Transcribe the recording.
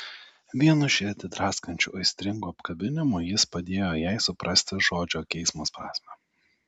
vienu širdį draskančiu aistringu apkabinimu jis padėjo jai suprasti žodžio geismas prasmę